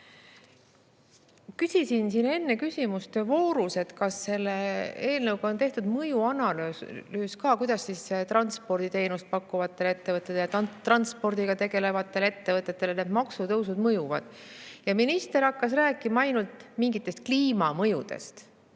Küsisin siin enne küsimuste voorus, kas selle eelnõu kohta on tehtud ka mõjuanalüüs, kuidas transporditeenust pakkuvatele ettevõtetele, transpordiga tegelevatele ettevõtetele need maksutõusud mõjuvad. Minister rääkis ainult mingitest kliimamõjudest.